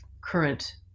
current